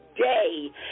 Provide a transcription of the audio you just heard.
day